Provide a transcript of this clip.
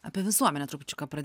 apie visuomenę trupučiuką pra